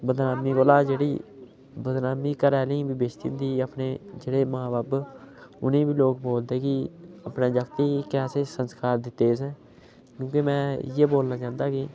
बदनामी कोला जेह्ड़ी बदनामी घरै आह्ले बी बेजती होंदी अपने जेह्ड़े मां बब्ब उ'नें बी लोक बोलदे कि अपने जागतें गी कैसे संस्कार दित्ते तुसें क्योंकि में इयै बोलना चांह्दा कि